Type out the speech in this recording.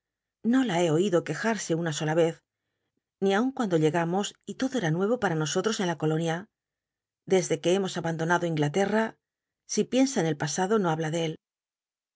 no la he oido quejarse una sola vez ni aun cu ando llegamos y todo era nuevo para nosottos en la colonia desde que hemos abandonado inglate ta si pieása en el pasado no habla de él